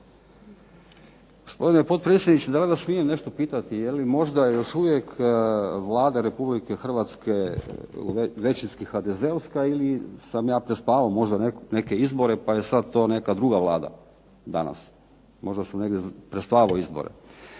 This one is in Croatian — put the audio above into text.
Gospodine potpredsjedniče, da li vas smijem nešto pitati? Je li možda još uvijek Vlada Republike Hrvatske većinski HDZ-ovska ili sam ja prespavao možda neke izbore pa je sad to neka druga Vlada danas? Možda sam negdje prespavao izbore.